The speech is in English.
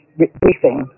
briefing